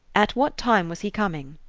at what time was he coming?